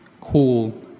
cool